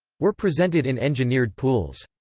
were presented in engineered pools.